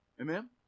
Amen